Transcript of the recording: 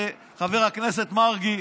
חבר הכנסת מרגי,